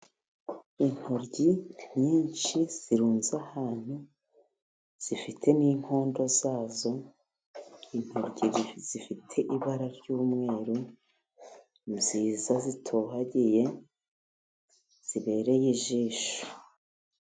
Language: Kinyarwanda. Intoryi nyinshi zirunze ahantu zifite n'inkondo zazo, intori zifite ibara ry'umweru nziza zitohagiye, zibereye ijisho.